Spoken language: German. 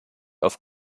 auf